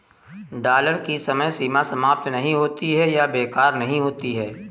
dollar की समय सीमा समाप्त नहीं होती है या बेकार नहीं होती है